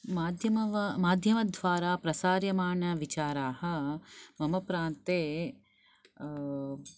माध्यम वा माध्यमद्वारा प्रसार्यमाणाः विचाराः मम प्रान्ते